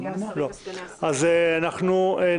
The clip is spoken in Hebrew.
אם כן, נצביע.